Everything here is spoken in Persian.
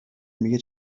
میگه